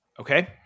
Okay